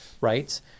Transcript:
right